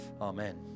Amen